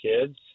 kids